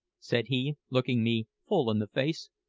said he, looking me full in the face,